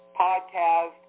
podcast